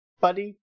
Buddy